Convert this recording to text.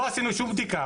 לא עשינו שום בדיקה,